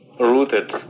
rooted